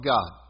God